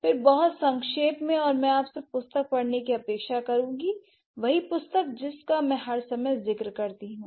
फिर बहुत संक्षेप में और मैं आपसे पुस्तक पढ़ने की अपेक्षा करूंगी वही पुस्तक जिसका मैं हर समय जिक्र करता रही हूँ